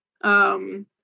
um-